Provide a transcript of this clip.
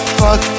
fuck